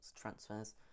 transfers